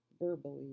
verbally